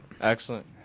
excellent